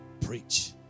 Preach